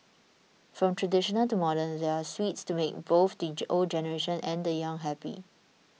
from traditional to modern there are sweets to make both the old generation and the young happy